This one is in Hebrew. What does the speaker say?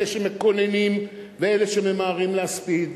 אלה שמקוננים, ואלה שממהרים להספיד.